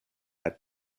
had